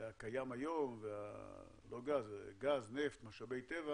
הקיים היום גז, נפט, משאבי טבע